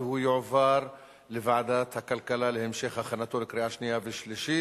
והוא יועבר לוועדת הכלכלה להמשך הכנתו לקריאה שנייה ושלישית.